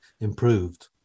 improved